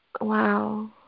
Wow